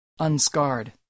Unscarred